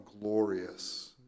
glorious